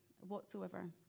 whatsoever